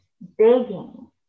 begging